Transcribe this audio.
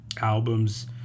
albums